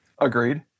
Agreed